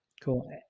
cool